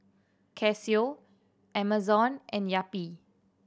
Casio Amazon and Yapi